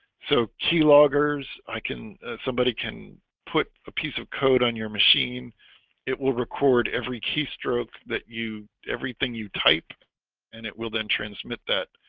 so key so i can somebody can put a piece of code on your machine it will record every keystroke that you everything you type and it will then transmit that